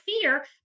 fear